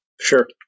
Sure